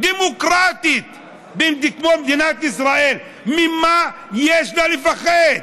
דמוקרטית כמו מדינת ישראל, ממה יש לה לפחד?